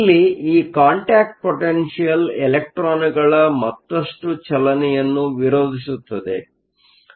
ಇಲ್ಲಿ ಈ contact potential ಇಲೆಕ್ಟ್ರಾನ್ಗಳ ಮತ್ತಷ್ಟು ಚಲನೆಯನ್ನು ವಿರೋಧಿಸುತ್ತದೆ